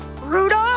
Rudolph